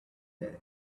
there